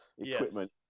equipment